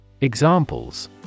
Examples